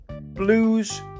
blues